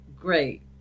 Great